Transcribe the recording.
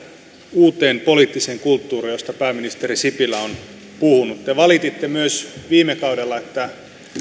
uuteen poliittiseen kulttuuriin josta pääministeri sipilä on puhunut te valititte myös viime kaudella että